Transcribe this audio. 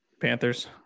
Panthers